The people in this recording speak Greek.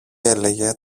έλεγε